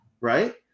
right